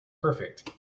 perfect